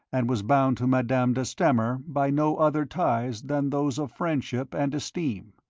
and was bound to madame de stamer by no other ties than those of friendship and esteem.